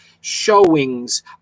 showings